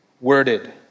worded